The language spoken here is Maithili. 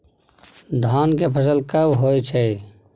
धान के फसल कब होय छै?